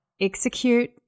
execute